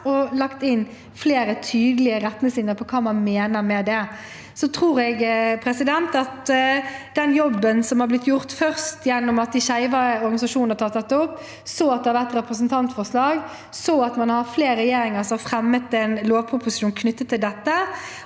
og lagt inn flere tydelige retningslinjer for hva man mener med det. Jeg tror også at den jobben som har blitt gjort, først gjennom at de skeive organisasjonene har tatt dette opp, så at det etter hvert kom et representantforslag, og at man så har hatt flere regjeringer som har fremmet en lovproposisjon knyttet til dette,